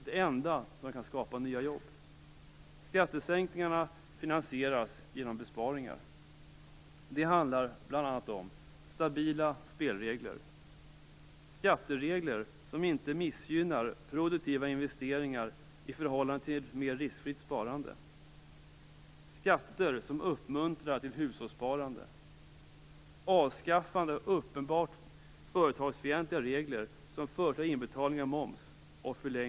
Det är det enda som kan skapa nya jobb. Skattesänkningarna finansieras genom besparingar. Det handlar bl.a. om: - stabila spelregler - skatteregler som inte missgynnar produktiva investeringar i förhållande till mer riskfritt sparande Fru talman!